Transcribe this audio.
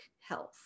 health